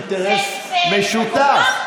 חברת הכנסת בן ארי וחברת, יש לנו אינטרס משותף.